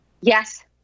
yes